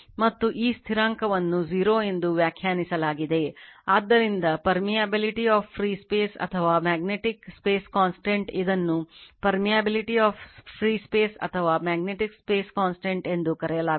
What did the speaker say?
ಮತ್ತು ಈ ಸ್ಥಿರಾಂಕವನ್ನು 0 ಎಂದು ವ್ಯಾಖ್ಯಾನಿಸಲಾಗಿದೆ ಆದ್ದರಿಂದ permiability of free space ಅಥವಾ magnetic space constant ಇದನ್ನು permiability of free space ಅಥವಾ magnetic space constant ಎಂದು ಕರೆಯಲಾಗುತ್ತದೆ